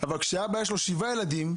אבל כשלאבא יש שבעה ילדים,